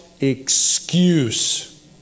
excuse